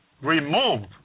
removed